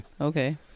Okay